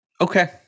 Okay